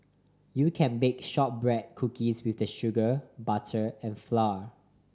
you can bake shortbread cookies with the sugar butter and flour